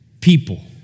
People